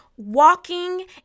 walking